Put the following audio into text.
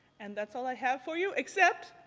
and that's all i have for you except